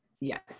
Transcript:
Yes